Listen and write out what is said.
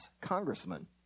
congressman